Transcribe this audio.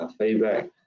feedback